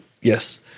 yes